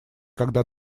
когда